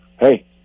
hey